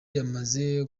yamaze